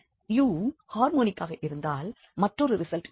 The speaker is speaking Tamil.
u ஹார்மோனிக்காக இருந்தால் மற்றொரு ரிசல்ட் இருக்கும்